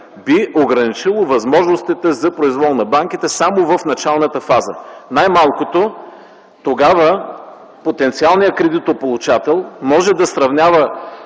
би ограничило възможностите за произвол на банките само в началната фаза. Най-малкото тогава потенциалният кредитополучател може да сравнява